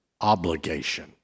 obligation